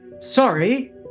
sorry